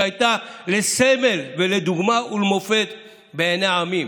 שהייתה לסמל ולדוגמה ולמופת בעיני העמים.